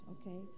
okay